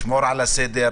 לשמור על הסדר,